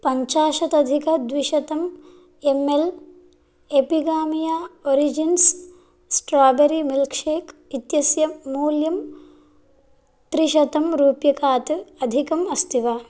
पञ्चाशत्यधिकद्विशतम् M L Epigamia origins strawberry milk shake इत्यस्य मूल्यं त्रिशतं रूप्यकात् अधिकम् अस्ति वा